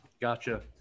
Gotcha